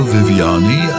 Viviani